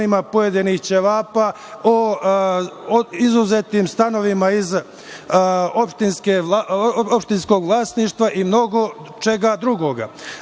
pojedenih ćevapa, o izuzetim stanovima iz opštinskog vlasništva i mnogo čega drugoga.